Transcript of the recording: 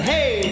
Hey